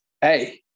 hey